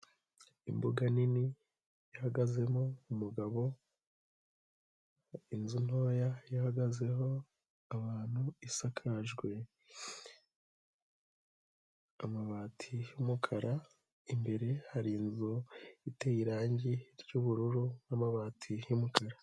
Imbuga nini, ihagazemo umugabo. Inzu ntoya ihagazeho abantu isakajwe, amabati y'umukara. Imbere hari inzu iteye irangi ry'ubururu n'amabati y'umukara.